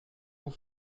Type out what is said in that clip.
vous